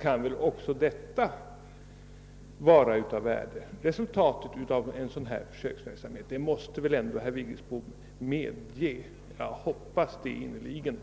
kan ha nytta av resultatet av den föreslagna försöksverksamheten. Jag hoppas innerligt att herr Vigelsbo vill medge det.